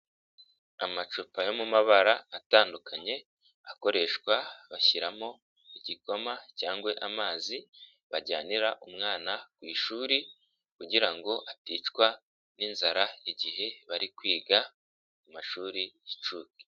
Amacupa yo mu mabara atandukanye akoreshwa bashyiramo igikoma cyangwa amazi bajyanira umwana ku ishuri kugira ngo aticwa ni ininzara igihe bari kwiga mu mashuri y'incuke.